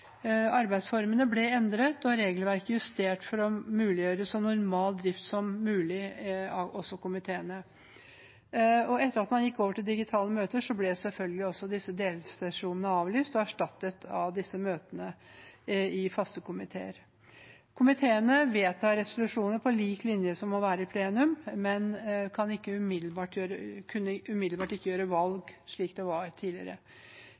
Arbeidsformene ble endret og regelverket ble justert for å muliggjøre så normal drift som mulig, også for komiteene. Etter at man gikk over til digitale møter, ble selvfølgelig også delsesjonene avlyst og erstattet av møtene i faste komiteer. Komiteene vedtar resolusjoner på lik linje som i plenum, men kunne ikke umiddelbart gjøre valg, slik det var tidligere.